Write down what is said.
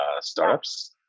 startups